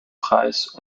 preis